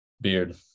Beard